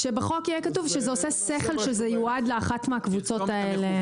זאת אומרת שבחוק יהיה כתוב שזה עושה שכל שזה יועד לאחת מהקבוצות האלה.